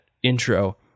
intro